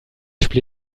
einen